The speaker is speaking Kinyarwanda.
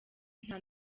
nta